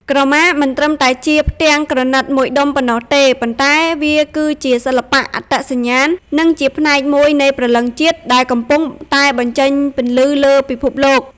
ក្រមាមិនត្រឹមតែជាផ្ទាំងក្រណាត់មួយដុំប៉ុណ្ណោះទេ ប៉ុន្តែវាគឺជាសិល្បៈ អត្តសញ្ញាណ និងជាផ្នែកមួយនៃព្រលឹងជាតិ ដែលកំពុងតែបញ្ចេញពន្លឺលើពិភពលោក។